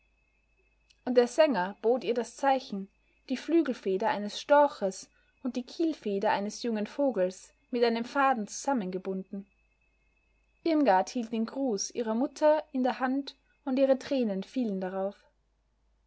und der sänger bot ihr das zeichen die flügelfeder eines storches und die kielfeder eines jungen vogels mit einem faden zusammengebunden irmgard hielt den gruß ihrer mutter in der hand und ihre tränen fielen darauf